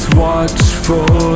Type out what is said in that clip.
watchful